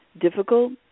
difficult